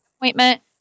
appointment